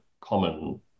common